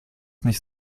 nicht